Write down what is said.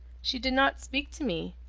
she did not speak to me.